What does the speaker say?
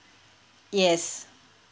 yes